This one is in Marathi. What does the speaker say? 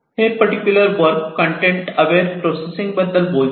हे particular work content aware processing बद्दल बोलते